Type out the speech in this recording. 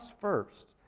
first